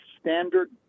standard